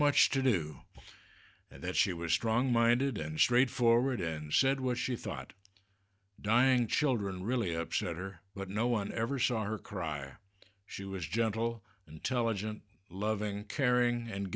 much to do that she was strong minded and straightforward and said what she thought dying children really upset or what no one ever saw her cry or she was gentle intelligent loving caring and